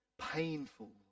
painful